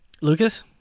Lucas